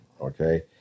okay